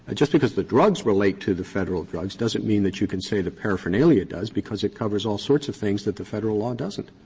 but just because the drugs relate to the federal drugs doesn't mean that you can say the paraphernalia does, because it covers all sorts of things that the federal law doesn't.